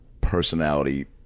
personality